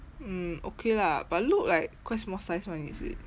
mm okay lah but look like quite small size [one] is it